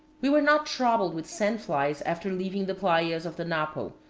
we were not troubled with sand-flies after leaving the plaias of the napo,